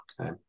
Okay